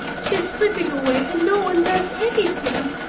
she is slipping away, and no one does anything.